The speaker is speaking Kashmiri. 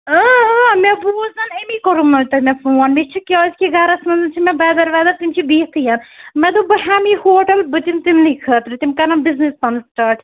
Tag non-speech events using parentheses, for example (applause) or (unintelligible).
اۭں اں مےٚ بوٗزَن أمی کوٚرُمَے تۄہہِ مےٚ فون مےٚ چھِ کیٛازِ کہِ گَرس منٛز چھِ مےٚ برٛٮ۪دَر وٮ۪دَر تِم چھِ بِہتھٕے (unintelligible) مےٚ دوٚپ بہٕ ہٮ۪مہٕ یہِ ہوٹل بہٕ دِمہٕ تِمنٕے خٲطرٕ تِم کَرَن بِزنِس پَنُن سِٹاٹ